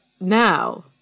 now